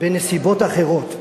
בנסיבות אחרות,